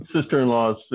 Sister-in-law's